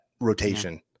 rotation